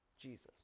jesus